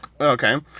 Okay